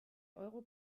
euro